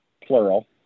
plural